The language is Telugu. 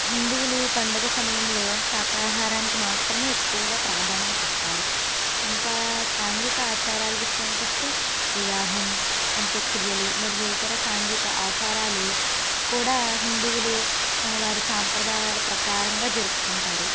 హిందువులు పండుగ సమయంలో శాకాహారానికి మాత్రమే ఎక్కువగా ప్రాధాన్యతిస్తారు ఇంకా సాంఘీక ఆచారాలు విషయానికొస్తే వివాహం అంత్యక్రియలు మరియు ఇతర సాంఘీక ఆచారాలు కూడా హిందువులు వారి సాంప్రదాయాల ప్రకారంగా జరుపుకుంటారు